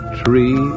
tree